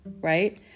right